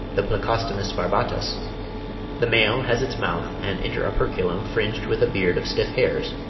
the plecostomus barbatus the male has its mouth and inter-operculum fringed with a beard of stiff hairs,